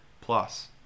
plus